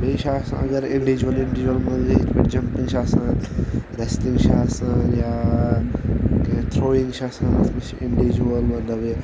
بیٚیہِ چھِ آسان اگر اِنڑیٖجوَل اِنڑیٖجوَل مان ژٕ یِتھ پٲٹھۍ جَمپِنٛگ چھِ آسان ریٚسلِنٛگ چھِ آسان یا کینٛہہ تھرٛویِنٛگ چھِ آسان تتھ منٛز چھِ اِنڑیٖجوَل مطلب یہِ